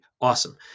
Awesome